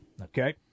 Okay